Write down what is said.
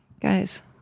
Guys